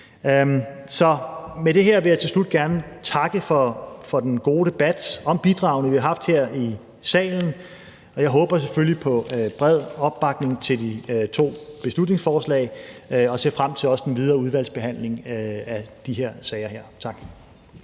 Så med det vil jeg her til slut gerne takke for den gode debat om bidragene, som vi har haft her i salen, og jeg håber selvfølgelig på bred opbakning til de to beslutningsforslag og ser også frem til den videre udvalgsbehandling af de her sager. Tak.